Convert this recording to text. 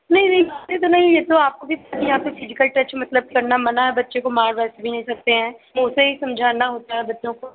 नहीं नहीं ऐसे तो नहीं ये तो आपको भी कि यहाँ पर फिजिकल टच मतलब कि करना मना बच्चे को मार वैसे नहीं सकते हैं मुँह से ही समझाना होता है बच्चों को